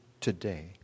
today